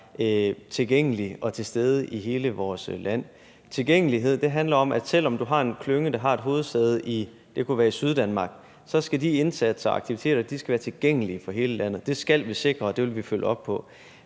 tilgængelig og til stede i hele vores land. Tilgængelighed handler om, at selv om du har en klynge, der har et hovedsæde, det kunne være i Syddanmark, så skal de indsatser og de aktiviteter være tilgængelige for hele landet. Det skal vi sikre, og det vil vi følge op på.